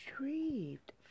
retrieved